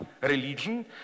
religion